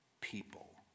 People